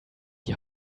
die